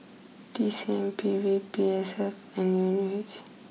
T C M P B P S F and N U H